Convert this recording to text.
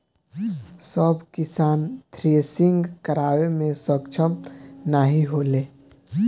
सब किसान थ्रेसिंग करावे मे सक्ष्म नाही होले